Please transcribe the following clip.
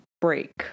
break